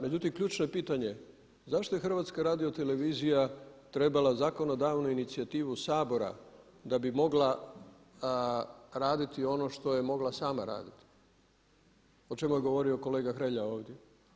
Međutim, ključno je pitanje zašto je HRT trebala zakonodavnu inicijativu Sabora da bi mogla raditi ono što je mogla sama raditi, o čemu je govorio kolega Hrelja ovdje.